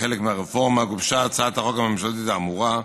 כחלק מהרפורמה גובשה הצעת החוק הממשלתית האמורה,